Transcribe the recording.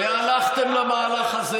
למה ראש הממשלה,